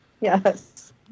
Yes